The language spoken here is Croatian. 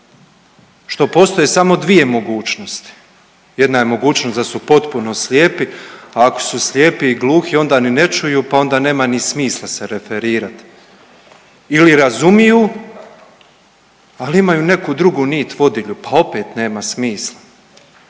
što postoje samo dvije mogućnosti, jedna je mogućnost da su potpuno slijepi, a ako su slijepi i gluhi onda ni ne čuju, pa onda nema ni smisla se referirati ili razumiju, ali imaju neku drugu nit vodilju, pa opet nema smisla,